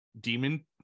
demon